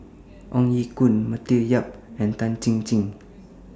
Ong Ye Kung Matthew Yap and Tan Chin Chin